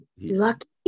lucky